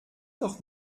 doch